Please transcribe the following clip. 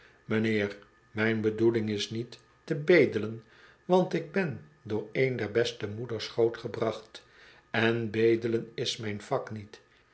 mijn bedoeling is niet te bedelen want ik ben door een der beste moeders grootgebracht en bedelen is myn vak niet